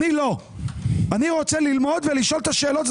אני לא ולכן אני רוצה ללמוד ולשאול את השאלות,